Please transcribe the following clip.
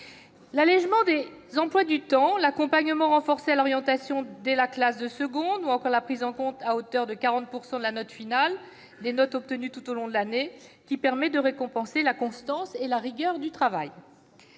l'allégement des emplois du temps, l'accompagnement renforcé pour l'orientation dès la classe de seconde, ou encore la prise en compte, à hauteur de 40 % de la note finale, des notes obtenues tout au long de l'année, ce qui permet de récompenser la constance et la rigueur dans le travail.